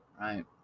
right